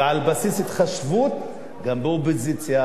ועל בסיס התחשבות גם באופוזיציה,